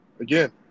Again